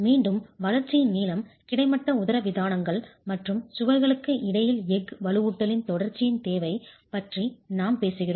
மீண்டும் வளர்ச்சியின் நீளம் கிடைமட்ட உதரவிதானங்கள் மற்றும் சுவர்களுக்கு இடையில் எஃகு வலுவூட்டலின் தொடர்ச்சியின் தேவை பற்றி நாம் பேசுகிறோம்